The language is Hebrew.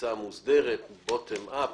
תפיסה מוסדרת, bottom-up.